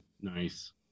Nice